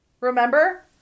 Remember